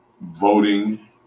voting